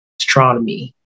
astronomy